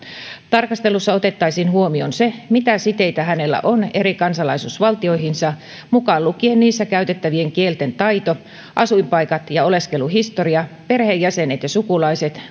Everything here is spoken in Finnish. tarkastelussa otettaisiin huomioon se mitä siteitä hänellä on eri kansalaisuusvaltioihinsa mukaan lukien niissä käytettävien kielten taito asuinpaikat ja oleskeluhistoria perheenjäsenet ja sukulaiset